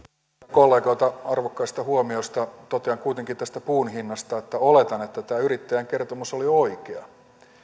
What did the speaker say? kollegoita arvokkaista huomioista totean kuitenkin tästä puun hinnasta että oletan että tämä yrittäjän kertomus oli oikea